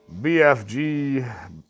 BFG